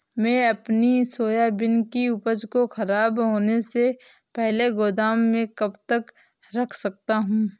मैं अपनी सोयाबीन की उपज को ख़राब होने से पहले गोदाम में कब तक रख सकता हूँ?